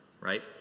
right